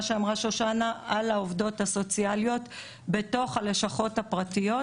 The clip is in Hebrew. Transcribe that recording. מה שאמרה שושנה על העובדות הסוציאליות בתוך הלשכות הפרטיות.